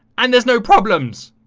and there's no problems